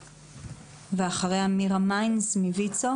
אגב, אגיד בצניעות רבה.